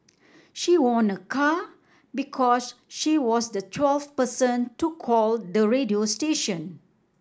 she won a car because she was the twelfth person to call the radio station